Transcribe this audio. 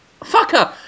fucker